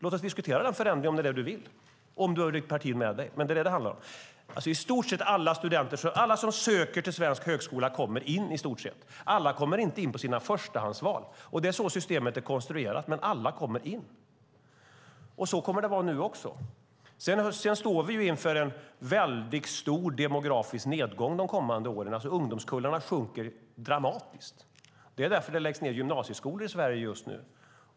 Låt oss diskutera den förändringen om det är det du vill och om du har ditt parti med dig. I stort sett kommer alla som söker till svensk högskola in. Alla kommer inte in på sina förstahandsval, för det är så systemet är konstruerat, men alla kommer in. Så kommer det att vara nu också. Sedan står vi inför en stor demografisk nedgång de kommande åren då ungdomskullarna sjunker dramatiskt. Det är därför som gymnasieskolor läggs ned i Sverige just nu.